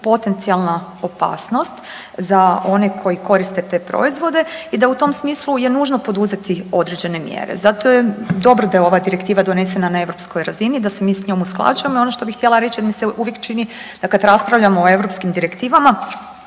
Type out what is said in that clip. potencijalna opasnost za one koji koriste te proizvode i da u tom smislu je nužno poduzeti određene mjere, zato je dobro da je ova direktiva donesena na europskoj razini, da se mi sa njom usklađujemo, ono što bi ja htjela reći mi se uvijek čini da kad raspravljamo o europskim direktivama